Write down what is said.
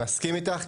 אני מסכים איתך.